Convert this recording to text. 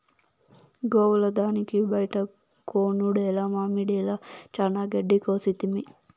గోవుల దానికి బైట కొనుడేల మామడిల చానా గెడ్డి కోసితిమి